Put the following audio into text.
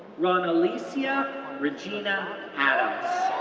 ronalesia regina adams,